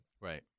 Right